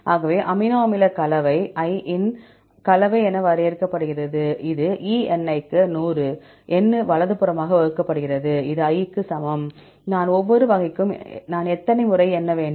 ஆகவே அமினோ அமில கலவை I இன் கலவை என வரையறுக்கலாம் இது Σni க்கு 100 க்கு N வலதுபுறமாக வகுக்கப்படுகிறது இது i க்கு சமம் நான் ஒவ்வொரு வகைக்கும் நான் எத்தனை முறை எண்ண வேண்டும்